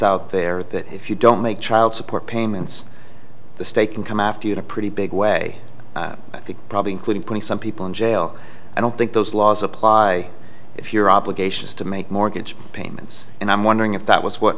out there that if you don't make child support payments the state can come after you in a pretty big way i think probably including putting some people in jail i don't think those laws apply if your obligation is to make mortgage payments and i'm wondering if that was what